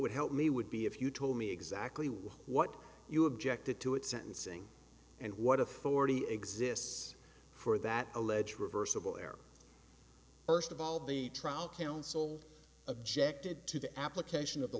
would help me would be if you told me exactly what what you objected to it sentencing and what if already exists for that alleged reversible error first of all the trial counsel objected to the application of the